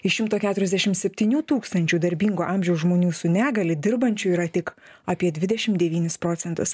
iš šimto keturiasdešim septynių tūkstančių darbingo amžiaus žmonių su negalia dirbančių yra tik apie dvidešim devynis procentus